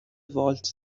والت